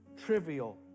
trivial